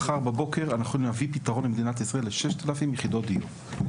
מחר בבוקר אנחנו יכולים להביא פתרון למדינת ישראל ל- 6,000 יחידות דיור.